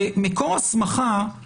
מקור הסמכה, להפך,